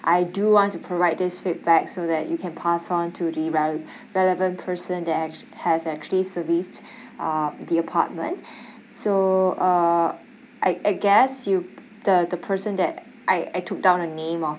I do want to provide this feedback so that you can pass on to the rel~ relevant person the act~ has actually serviced um the apartment so uh I I guess you the the person that I I took down a name of